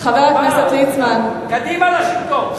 קדימה לשלטון.